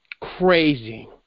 crazy